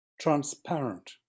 transparent